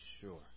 sure